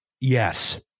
Yes